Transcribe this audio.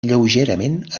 lleugerament